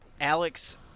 Alex